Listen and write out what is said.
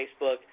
Facebook